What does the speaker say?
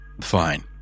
Fine